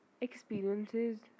experiences